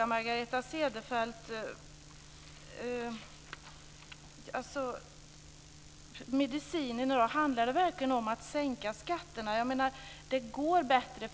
I januari 1997 ändrades skattereglerna för bilförmån.